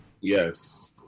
Yes